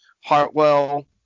hartwell